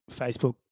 Facebook